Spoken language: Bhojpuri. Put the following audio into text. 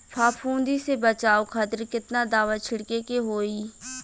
फाफूंदी से बचाव खातिर केतना दावा छीड़के के होई?